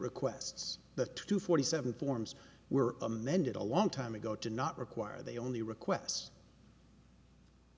requests that to forty seven forms were amended a long time ago to not require they only requests